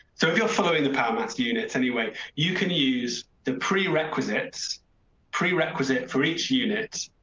so if you're following the powermaster units anyway, you can use the prerequisites prerequisite for each unit.